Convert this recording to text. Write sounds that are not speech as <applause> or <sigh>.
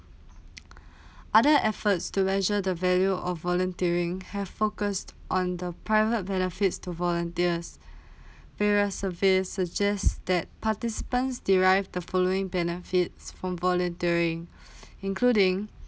<noise> <breath> other efforts to measure the value of volunteering have focused on the private benefits to volunteers <breath> whereas survey suggests that participants derived the following benefits from volunteering <breath> including